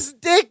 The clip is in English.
dick